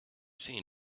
seen